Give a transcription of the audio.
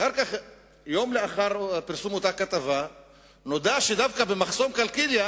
יום לאחר פרסום אותה כתבה נודע שדווקא במחסום קלקיליה